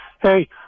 Hey